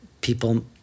people